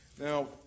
Now